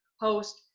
host